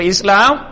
Islam